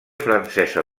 francesa